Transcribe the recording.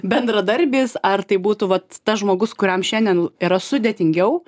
bendradarbis ar tai būtų vat tas žmogus kuriam šiandien yra sudėtingiau